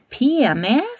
PMS